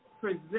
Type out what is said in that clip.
present